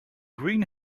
green